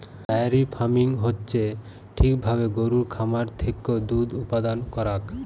diary farming হচ্যে ঠিক ভাবে গরুর খামার থেক্যে দুধ উপাদান করাক